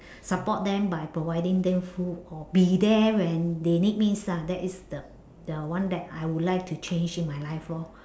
support them by providing them food or be there when they need me lah that is the the one that I would like to change in my life lor